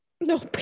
no